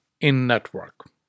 in-network